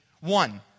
One